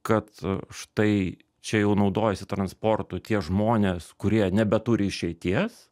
kad štai čia jau naudojasi transportu tie žmonės kurie nebeturi išeities